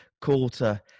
quarter